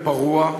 באופן פרוע,